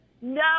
No